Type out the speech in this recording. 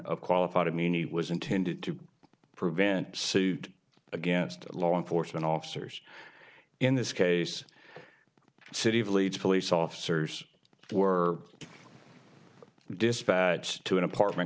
of qualified immunity was intended to prevent suit against law enforcement officers in this case city of leeds police officers were dispatched to an apartment